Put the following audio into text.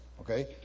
okay